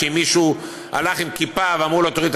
שמישהו הלך עם כיפה ואמרו לו: תוריד.